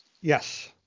Yes